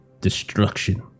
destruction